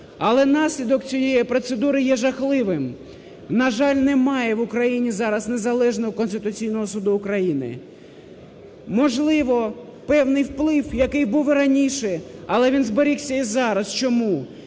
Але наслідок цієї процедури є жахливим, на жаль, немає в Україні зараз незалежного Конституційного Суду України, можливо, певний вплив, який був раніше, але він зберігся і зараз, чому?